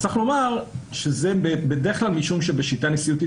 אז צריך לומר שזה בדרך כלל משום שבשיטה נשיאותית